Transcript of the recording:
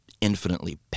infinitely